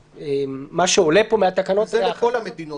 אך מה שעולה פה מהתקנות האלה --- זה לכל המדינות.